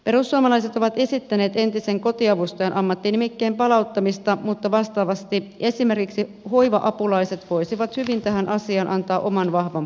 perussuomalaiset ovat esittäneet entisen kotiavustajan ammattinimikkeen palauttamista mutta vastaavasti esimerkiksi hoiva apulaiset voisivat hyvin tähän asiaan antaa oman vahvan panoksensa